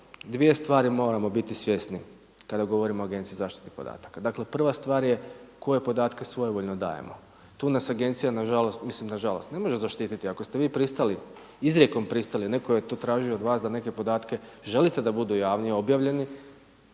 dvije stvari moramo biti svjesni kada govorimo o Agenciji o zaštiti podataka. Dakle prva stvar je koje podatke svojevoljno dajemo, tu nas agencija nažalost, mislim nažalost, ne može zaštiti, ako ste vi pristali, izrijekom pristali, netko je to tražio od vas da neke podatke želite da budu javni, objavljeni,